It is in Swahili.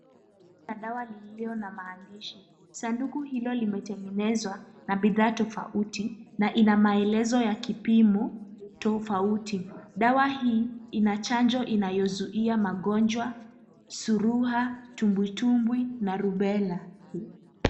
Dawa ziliilo na maandishi. Sanduku hilo limetengenezwa na bidhaa tofauti na ina maelezo ya kipimo tofauti. Dawa hii ina chanjo inayozuia magonjwa, surua, tubwitumbwi na rubella.